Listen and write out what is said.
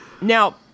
now